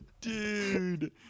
Dude